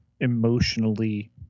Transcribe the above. emotionally